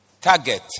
target